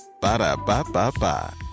Ba-da-ba-ba-ba